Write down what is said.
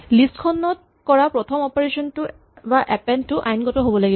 list খনত কৰা প্ৰথম অপাৰেচন টো বা এপেন্ড টো আইনগত হ'ব লাগিব